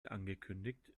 angekündigt